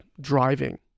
driving